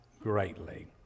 greatly